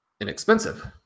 inexpensive